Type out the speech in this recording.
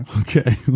Okay